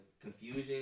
confusion